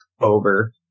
over